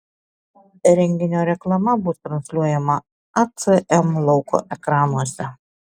renginio reklama bus transliuojama acm lauko ekranuose